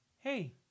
hey